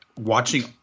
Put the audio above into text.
watching